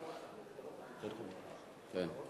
כן.